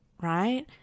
right